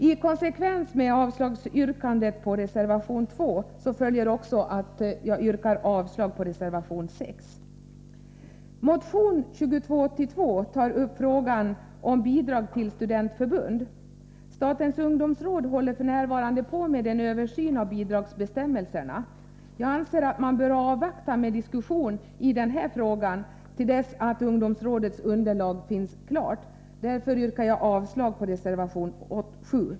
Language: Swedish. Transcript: I konsekvens med avslagsyrkandet på reservation 2 följer att jag yrkar avslag på reservation 6. Motion 2282 tar upp frågan om bidrag till studentförbund. Statens ungdomsråd håller f.n. på med en översyn av bidragsbestämmelserna. Jag anser att man bör avvakta med diskussion i denna fråga till dess att ungdomsrådets underlag finns klart. Därför yrkar jag avslag på reservation 7.